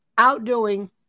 outdoing